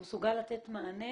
הוא מסוגל לתת מענה?